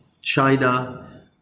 China